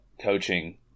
coaching